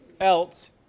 else